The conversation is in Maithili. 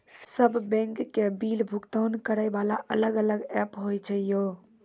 सब बैंक के बिल भुगतान करे वाला अलग अलग ऐप्स होय छै यो?